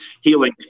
healing